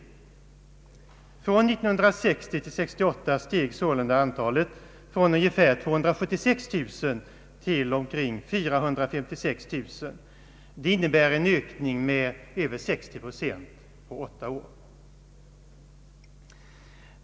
Från år 1960 till 1968 steg sålunda antalet från ungefär 276 000 till omkring 456 000. Det innebär en ökning med över 60 procent på åtta år.